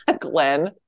Glenn